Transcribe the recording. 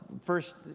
first